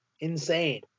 Insane